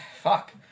fuck